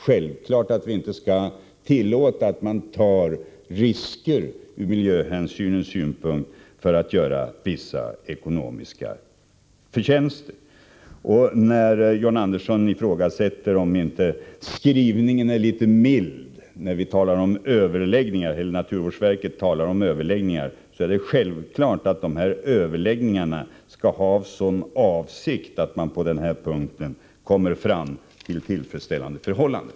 Självfallet skall vi inte tillåta att man tar miljörisker för att göra vissa ekonomiska förtjänster. När John Andersson ifrågasätter om inte skrivningen är litet mild när naturvårdsverket talar om ”överläggningar” vill jag säga att det är självklart att dessa överläggningar skall ha till syfte att man på denna punkt kommer fram till tillfredsställande förhållanden.